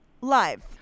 live